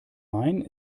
main